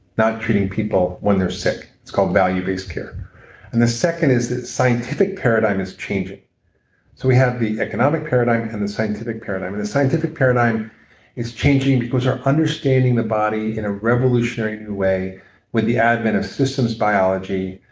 not treating people when they're sick. it's called value-based care and the second is that the scientific paradigm is changing. so we have the economic paradigm and the scientific paradigm and the scientific paradigm is changing because our understanding the body in a revolutionary new way with the advent of systems biology,